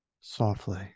softly